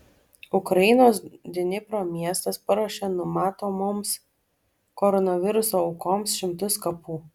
ukrainos dnipro miestas paruošė numatomoms koronaviruso aukoms šimtus kapų